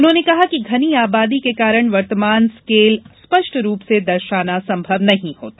उन्होंने कहा कि घनी आबादी के कारण वर्तमान स्केल स्पष्ट रूप से दर्शाना संभव नहीं होता